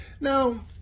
Now